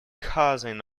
cousin